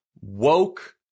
woke